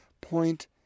point